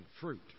fruit